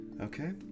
okay